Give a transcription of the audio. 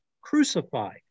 crucified